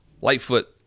Lightfoot